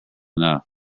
enough